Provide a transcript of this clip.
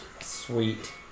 Sweet